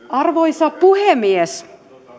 arvoisa puhemies